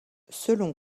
selon